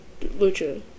Lucha